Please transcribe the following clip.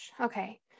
okay